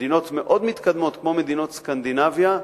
מדינות מאוד מתקדמות, כמו מדינות סקנדינביה,